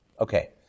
Okay